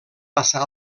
passar